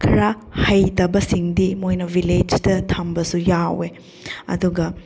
ꯈꯔ ꯍꯩꯇꯕꯁꯤꯡꯗꯤ ꯃꯣꯏꯅ ꯚꯤꯂꯦꯖꯇ ꯊꯝꯕꯁꯨ ꯌꯥꯎꯋꯦ ꯑꯗꯨꯒ